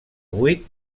vuit